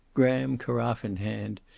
graham, carafe in hand,